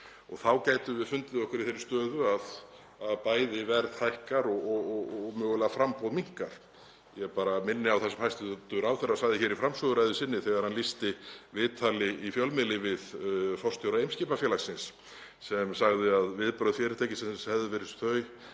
Og þá gætum við fundið okkur í þeirri stöðu að bæði verð hækki og framboð minnki mögulega. Ég minni bara á það sem hæstv. ráðherra sagði í framsöguræðu sinni þegar hann lýsti viðtali í fjölmiðli við forstjóra Eimskipafélagsins sem sagði að viðbrögð fyrirtækisins hefðu verið þau